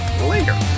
later